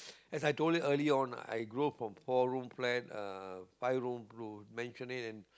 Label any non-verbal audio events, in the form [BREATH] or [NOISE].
[BREATH] as I told you earlier on I grow from four room flat uh five room to maisonette and